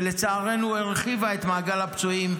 שלצערנו הרחיבה את מעגל הפצועים,